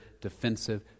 defensive